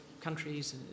countries